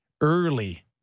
early